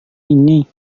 ini